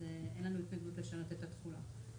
אז אין לנו התנגדות לשנות את התחולה.